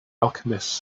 alchemists